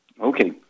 Okay